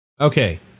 okay